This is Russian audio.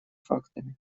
фактами